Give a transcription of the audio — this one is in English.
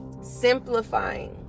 simplifying